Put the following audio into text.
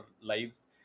lives